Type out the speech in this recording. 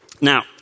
Now